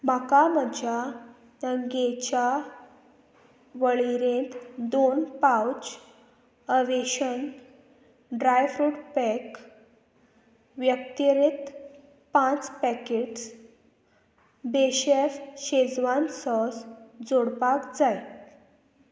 म्हाका म्हज्या तंगेच्या वळेरेंत दोन पाउच अवेशन ड्रायफ्रूट पॅक व्यक्तिरीक्त पांच पॅकेट्स बेशेफ शेजवान सॉस जोडपाक जाय